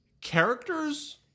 characters